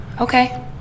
Okay